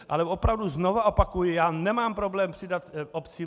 Ale opravdu znovu opakuji, já nemám problém přidat obcím.